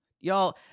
Y'all